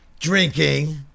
drinking